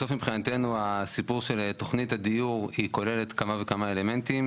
בסוף מבחינתנו הסיפור של תוכנית הדיור היא כוללת כמה וכמה אלמנטים.